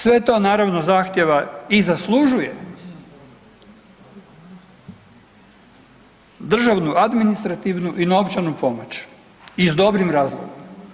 Sve to naravno zahtjeva, i zaslužuje državnu administrativnu i novčanu pomoć i s dobrim razlogom.